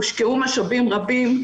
הושקעו משאבים רבים.